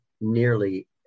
nearly